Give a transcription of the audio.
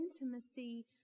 intimacy